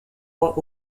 bois